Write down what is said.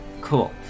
Cool